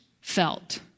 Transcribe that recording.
felt